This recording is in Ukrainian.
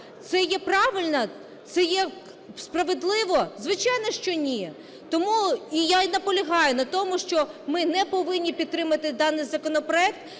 це є справедливо? Звичайно, що ні. Тому я і наполягаю на тому, що ми не повинні підтримувати даний законопроект,